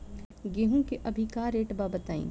गेहूं के अभी का रेट बा बताई?